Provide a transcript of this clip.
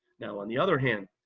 now on the other hand,